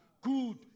good